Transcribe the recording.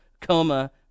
coma